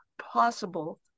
possible